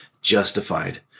justified